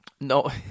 No